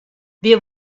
wir